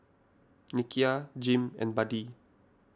Nikia Jim and Buddie